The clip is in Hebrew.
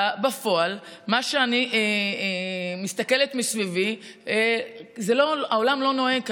בפועל, ממה שאני מסתכלת מסביבי העולם לא נוהג ככה.